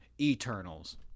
Eternals